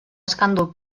escàndol